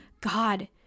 God